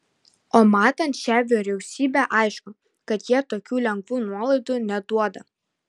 o matant šią vyriausybę aišku kad jie tokių lengvų nuolaidų neduoda